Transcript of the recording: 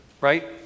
right